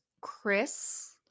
Chris